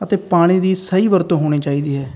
ਅਤੇ ਪਾਣੀ ਦੀ ਸਹੀ ਵਰਤੋਂ ਹੋਣੀ ਚਾਹੀਦੀ ਹੈ